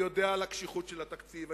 אני יודע על הקשיחות של התקציב,